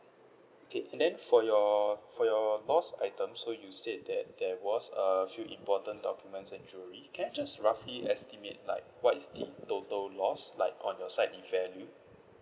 okay and then for your for your lost item so you said that there was a few important documents and jewellery can I just roughly estimate like what is the total loss like on your side in value